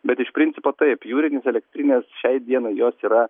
bet iš principo taip jūrinės elektrinės šiai dienai jos yra